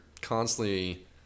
constantly